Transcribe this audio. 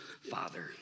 Father